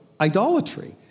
idolatry